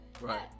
Right